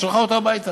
שלחה אותו הביתה.